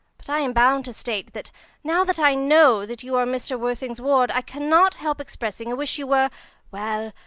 but i am bound to state that now that i know that you are mr. worthing's ward, i cannot help expressing a wish you were well,